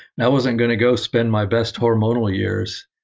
and i wasn't going to go spend my best hormonal years